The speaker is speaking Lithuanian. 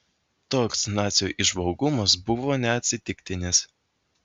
toks nacių įžvalgumas buvo neatsitiktinis